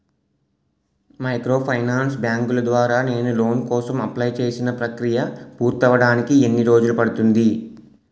Microfinance బ్యాంకుల ద్వారా నేను లోన్ కోసం అప్లయ్ చేసిన ప్రక్రియ పూర్తవడానికి ఎన్ని రోజులు పడుతుంది?